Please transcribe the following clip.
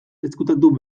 ezkutatu